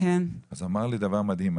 אמר לי דבר מדהים.